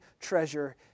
treasure